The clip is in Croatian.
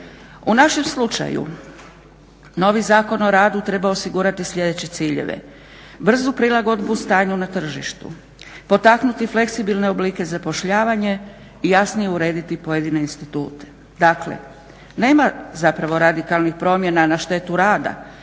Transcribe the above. U našem slučaju novi Zakon o radu treba osigurati sljedeće ciljeve – brzu prilagodbu stanju na tržištu, potaknuti fleksibilne oblike zapošljavanja i jasnije urediti pojedine institute. Dakle, nema zapravo radikalnih promjena na štetu rada